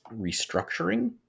restructuring